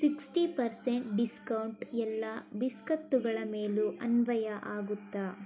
sixty percent discount ಎಲ್ಲ ಬಿಸ್ಕತ್ತುಗಳ ಮೇಲೂ ಅನ್ವಯ ಆಗುತ್ತಾ